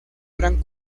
eran